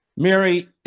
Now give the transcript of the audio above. Mary